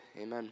amen